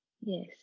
yes